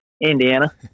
Indiana